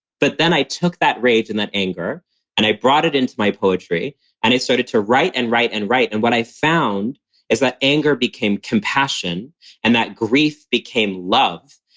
but then i took that rage and that anger and i brought it into my poetry and i started to write and write and write. and what i found is that anger became compassion and that grief became love.